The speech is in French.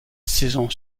saison